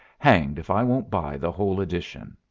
hanged if i won't buy the whole edition.